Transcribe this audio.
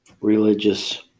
religious